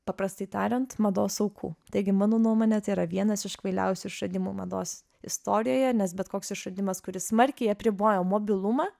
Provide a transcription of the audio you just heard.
paprastai tariant mados aukų taigi mano nuomone tai yra vienas iš kvailiausių išradimų mados istorijoje nes bet koks išradimas kuris smarkiai apriboja mobilumą